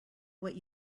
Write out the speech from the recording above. what